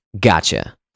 gotcha